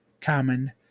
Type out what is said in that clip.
common